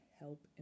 help